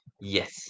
yes